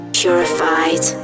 purified